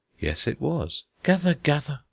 yes, it was gather gather,